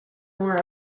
more